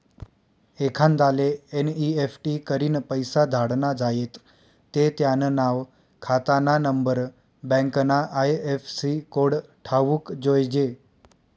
एखांदाले एन.ई.एफ.टी करीन पैसा धाडना झायेत ते त्यानं नाव, खातानानंबर, बँकना आय.एफ.सी कोड ठावूक जोयजे